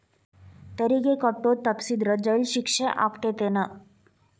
ತೆರಿಗೆ ಕಟ್ಟೋದ್ ತಪ್ಸಿದ್ರ ಜೈಲ್ ಶಿಕ್ಷೆ ಆಗತ್ತೇನ್